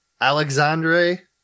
Alexandre